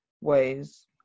ways